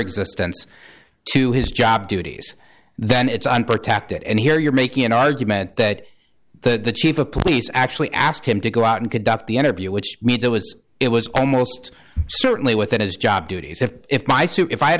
existence to his job duties then it's unprotected and here you're making an argument that that the chief of police actually asked him to go out and conduct the interview which means it was it was almost certainly within his job duties and if my suit if i had